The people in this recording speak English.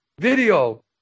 video